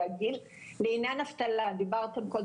מעבר לכך,